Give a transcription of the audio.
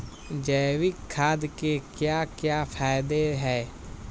जैविक खाद के क्या क्या फायदे हैं?